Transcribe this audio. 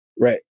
Right